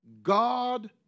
God